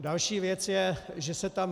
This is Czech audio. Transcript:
Další věc je, že se tam...